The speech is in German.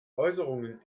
äußerungen